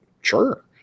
Sure